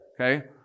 Okay